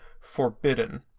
forbidden